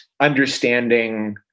understanding